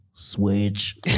Switch